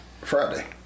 Friday